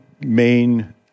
main